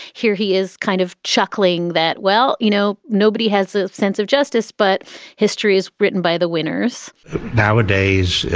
here he is kind of chuckling that, well, you know, nobody has a sense of justice, but history is written by the winners nowadays,